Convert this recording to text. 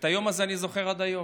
את היום הזה אני זוכר עד היום.